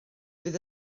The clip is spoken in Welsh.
fydd